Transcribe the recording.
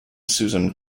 susan